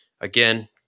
Again